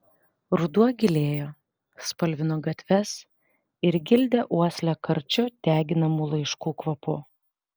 ruduo gilėjo spalvino gatves ir gildė uoslę karčiu deginamų laiškų kvapu